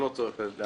גם לא מולכם,